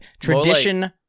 Tradition